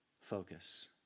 focus